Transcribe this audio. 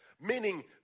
meaning